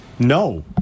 No